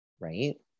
right